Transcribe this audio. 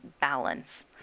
balance